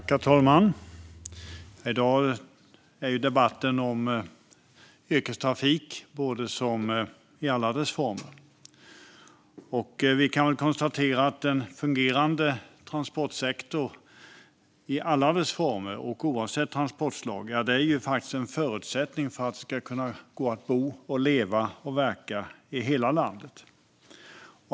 Herr talman! Vi debatterar nu yrkestrafik i alla dess former. Vi kan väl konstatera att en fungerande transportsektor, oavsett transportslag, är en förutsättning för att det ska kunna gå att bo, leva och verka i hela landet.